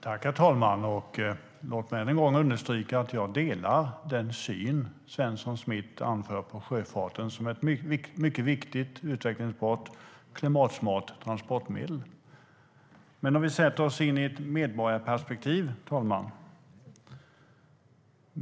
Herr talman! Låt mig än en gång understryka att jag delar den syn Svensson Smith anför på sjöfarten som ett mycket viktigt, utvecklingsbart och klimatsmart transportmedel. Men låt oss sätta oss in i ett medborgarperspektiv.